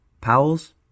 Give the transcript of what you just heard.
Powell's